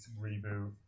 reboot